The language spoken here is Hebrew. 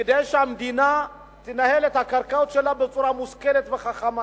כדאי שהמדינה תנהל את הקרקעות שלה בצורה מושכלת וחכמה.